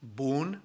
bun